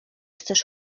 chcesz